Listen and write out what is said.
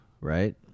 right